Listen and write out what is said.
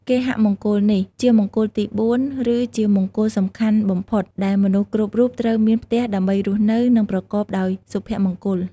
គេហមង្គលនេះ ជាមង្គលទី៤ ឬជាមង្គលសំខាន់បំផុតដែលមនុស្សគ្រប់រូបត្រូវមានផ្ទះដើម្បីរស់នៅ និងប្រកបដោយសុភមង្គល។